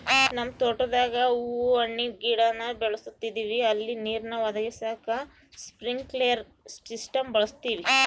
ನಮ್ ತೋಟುದಾಗ ಹೂವು ಹಣ್ಣಿನ್ ಗಿಡಾನ ಬೆಳುಸ್ತದಿವಿ ಅಲ್ಲಿ ನೀರ್ನ ಒದಗಿಸಾಕ ಸ್ಪ್ರಿನ್ಕ್ಲೆರ್ ಸಿಸ್ಟಮ್ನ ಬಳುಸ್ತೀವಿ